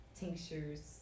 tinctures